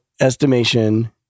estimation